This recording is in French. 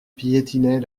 piétinait